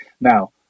now